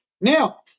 Now